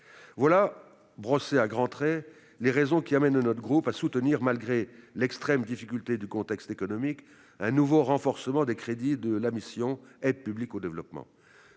Voilà, brossées à grands traits, les raisons qui amènent notre groupe à soutenir, malgré l'extrême difficulté du contexte économique, un nouveau renforcement des crédits de la mission « Aide publique au développement ».